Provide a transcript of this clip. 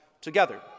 together